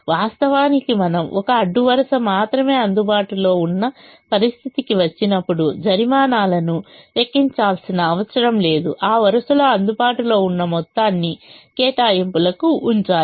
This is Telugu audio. వాస్తవానికి మనం ఒక అడ్డు వరుస మాత్రమే అందుబాటులో ఉన్న పరిస్థితికి వచ్చినప్పుడు జరిమానాలను లెక్కించాల్సిన అవసరం లేదు ఆ వరుసలో అందుబాటులో ఉన్న మొత్తాన్ని కేటాయింపులకు ఉంచాలి